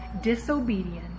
disobedient